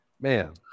Man